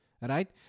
right